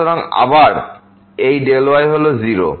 সুতরাং আবার এই y হল 0